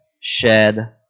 shed